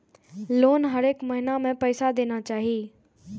Loan हरेक महीना में पैसा देना चाहि?